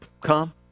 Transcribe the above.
come